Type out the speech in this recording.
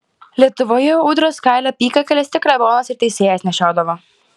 lietuvoje ūdros kailio apykakles tik klebonas ir teisėjas nešiodavo